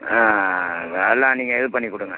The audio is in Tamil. எல்லாம் நீங்கள் இது பண்ணிக் கொடுங்க